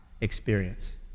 experience